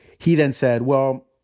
he then said, well,